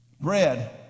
Bread